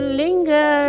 linger